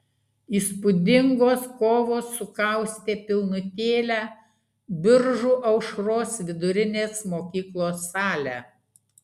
įspūdingos kovos sukaustė pilnutėlę biržų aušros vidurinės mokyklos salę